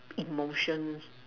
emotions